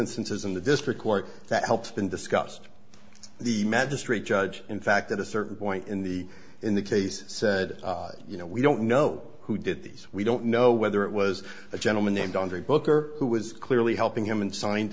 instances in the district court that helps been discussed the magistrate judge in fact that a certain point in the in the case said you know we don't know who did these we don't know whether it was a gentleman named andre booker who was clearly helping him and signed